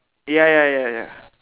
ya ya ya ya